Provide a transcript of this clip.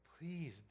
Please